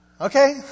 Okay